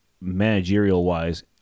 managerial-wise